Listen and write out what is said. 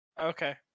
Okay